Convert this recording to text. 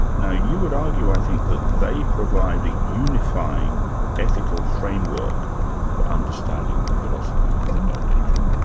now you could argue i think that they provide a unifying ethical framework for understanding the philosophy of the dao de jing.